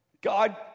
God